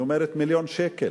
היא אומרת: מיליון שקל.